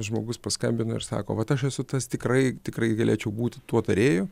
žmogus paskambina ir sako vat aš esu tas tikrai tikrai galėčiau būti tuo tarėju